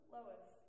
Lois